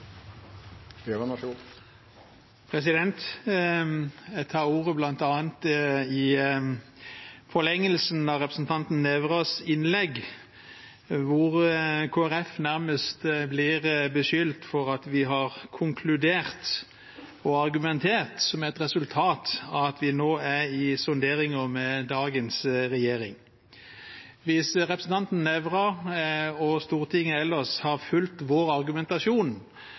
Grøvan som sitt alternativ – som sagt dersom mistillitsforslaget ikke blir vedtatt. Jeg tar ordet bl.a. i forlengelsen av representanten Nævras innlegg, hvor Kristelig Folkeparti nærmest ble beskyldt for at vi har konkludert og argumentert som et resultat av at vi nå er i sonderinger med dagens regjering. Hvis representanten Nævra og Stortinget ellers har fulgt vår argumentasjon